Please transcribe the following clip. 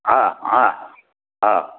ஆ ஆ ஆ